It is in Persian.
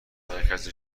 مرکز